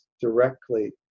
directly